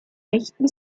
echten